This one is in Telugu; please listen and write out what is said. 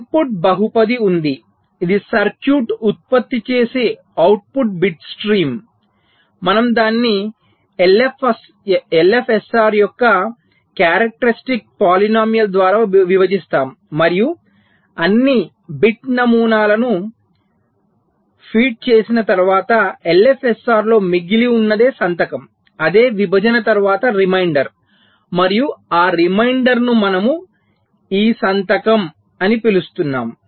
ఇన్పుట్ బహుపది ఉంది ఇది సర్క్యూట్ ఉత్పత్తి చేసే అవుట్పుట్ బిట్ స్ట్రీమ్ మనము దానిని LFSR యొక్క కారక్టరిస్టిక్ పోలీనోమిల్ ద్వారా విభజిస్తాము మరియు అన్ని బిట్ నమూనాలను ఫెడ్ చేసిన తరువాత LFSR లో మిగిలి ఉన్నదే సంతకం అదే విభజన తరువాత రిమైండర్ మరియు ఆ రిమైండర్ ను మనము ఈ సంతకం అని పిలుస్తున్నాము